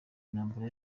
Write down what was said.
intambara